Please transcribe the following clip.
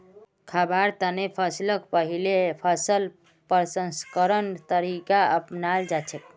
खाबार तने फसलक पहिले फसल प्रसंस्करण तरीका अपनाल जाछेक